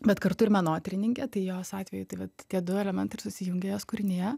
bet kartu ir menotyrininkė tai jos atveju tai vat tie du elementai ir susijungia jos kūrinyje